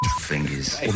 fingers